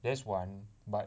that's one but